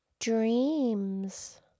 dreams